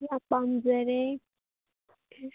ꯌꯥꯝ ꯄꯥꯝꯖꯔꯦ